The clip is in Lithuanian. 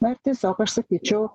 na ir tiesiog aš sakyčiau